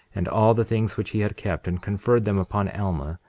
and all the things which he had kept, and conferred them upon alma,